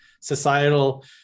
societal